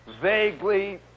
vaguely